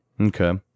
Okay